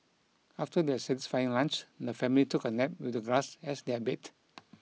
after their satisfying lunch the family took a nap with the grass as their bed